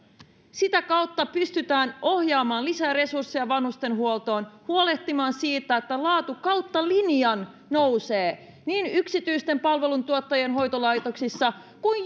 sitä kautta pystytään ohjaamaan lisää resursseja vanhustenhuoltoon huolehtimaan siitä että laatu kautta linjan nousee niin yksityisten palveluntuottajien hoitolaitoksissa kuin